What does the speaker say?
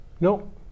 No